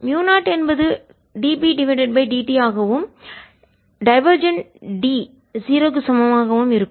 முயு 0 என்பது dBdt ஆகவும் divergent d 0 க்கு சமமாகவும் இருக்கும்